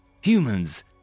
Humans